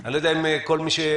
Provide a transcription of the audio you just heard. אני לא יודע אם כל אחד יודע,